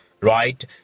right